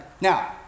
Now